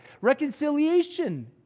Reconciliation